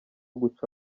guca